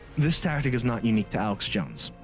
this tactic is not unique to alex jones.